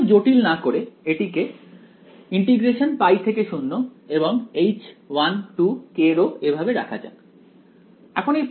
অতএব জটিল না করে এটিকে এবং H1kρ এভাবে রাখা যাক